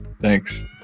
thanks